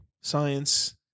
science